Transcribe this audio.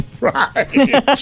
Right